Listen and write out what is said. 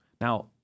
Now